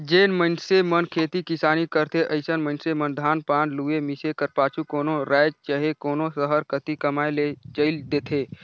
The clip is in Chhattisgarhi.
जेन मइनसे मन खेती किसानी करथे अइसन मइनसे मन धान पान लुए, मिसे कर पाछू कोनो राएज चहे कोनो सहर कती कमाए ले चइल देथे